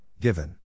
given